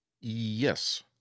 Yes